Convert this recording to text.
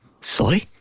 Sorry